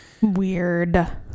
Weird